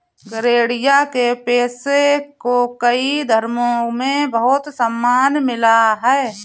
गरेड़िया के पेशे को कई धर्मों में बहुत सम्मान मिला है